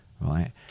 right